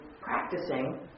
practicing